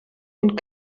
und